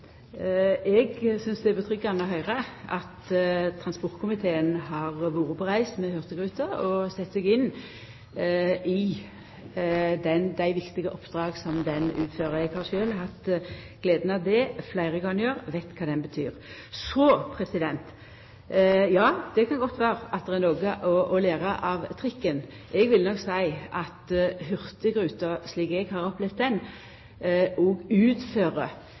Eg synest det er godt å høyra at transportkomiteen har vore på reise med hurtigruta og sett seg inn i dei viktige oppdraga som ho utfører. Eg har sjølv hatt den gleda fleire gonger, og veit kva ho betyr. Så – ja, det kan godt vera det er noko å læra av trikken. Eg vil nok seia at hurtigruta, slik eg har opplevd henne, òg utfører